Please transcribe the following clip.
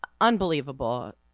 unbelievable